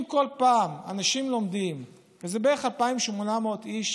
אם כל פעם אנשים לומדים, וזה בערך 2,800 איש